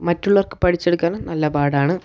മറ്റുള്ളവർക്ക് പഠിച്ചെടുക്കാനും നല്ലപാടാണ്